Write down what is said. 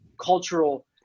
cultural